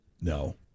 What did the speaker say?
No